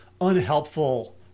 unhelpful